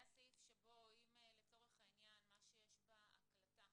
היה סעיף שבו אם מה שיש בהקלטה